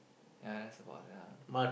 ya that's about the